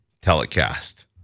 telecast